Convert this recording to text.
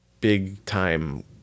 big-time